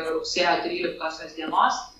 rugsėjo tryliktosios dienos